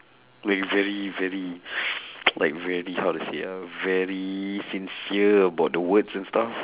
when you very very like very how to say ah very sincere about the words and stuff